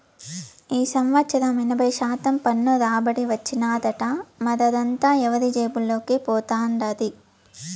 ఈ సంవత్సరం ఎనభై శాతం పన్ను రాబడి వచ్చినాదట, మరదంతా ఎవరి జేబుల్లోకి పోతండాది